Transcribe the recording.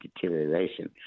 deterioration